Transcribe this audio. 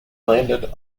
landed